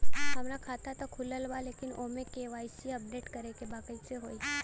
हमार खाता ता खुलल बा लेकिन ओमे के.वाइ.सी अपडेट करे के बा कइसे होई?